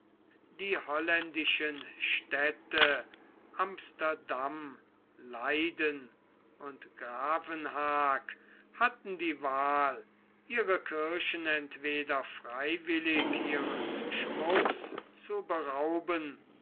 die holländischen städte amsterdam leyden und gravenhaag hatten die wahl ihre kirchen entweder freiwillig ihres schmucks zu berauben